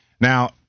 now